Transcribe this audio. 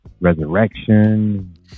resurrection